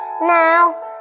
Now